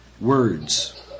words